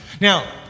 Now